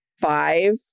five